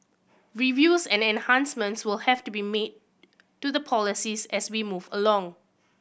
reviews and enhancements will have to be made to the policies as we move along